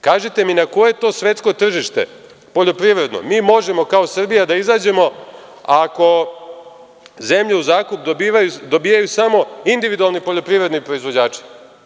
Kažite mi na koje to svetsko tržište poljoprivredno mi možemo kao Srbija da izađemo ako zemlju u zakup dobijaju samo individualni poljoprivredni proizvođači?